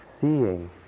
seeing